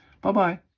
Bye-bye